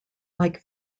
like